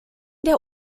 der